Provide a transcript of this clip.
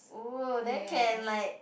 uh then can like